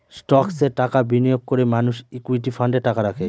স্টকসে টাকা বিনিয়োগ করে মানুষ ইকুইটি ফান্ডে টাকা রাখে